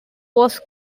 was